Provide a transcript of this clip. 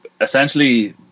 Essentially